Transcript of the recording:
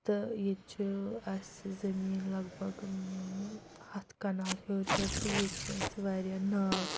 تہٕ ییٚتہِ چھُ اَسہِ زٔمیٖن لگ بگ ہَتھ کَنال ہیوٚر ہیوٚر تہٕ ییٚتہِ چھِ اَسہِ واریاہ ناگ